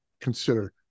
consider